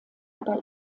aber